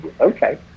okay